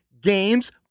games